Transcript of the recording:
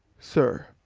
sir,